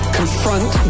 confront